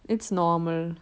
it's normal